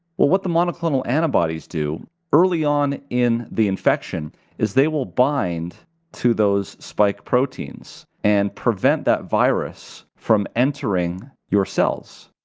well what the monoclonal antibodies do early on in the infection is they will bind to those spike proteins and prevent that virus from entering your cells.